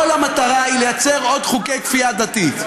כל המטרה היא לייצר עוד חוקי כפייה דתית.